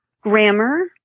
grammar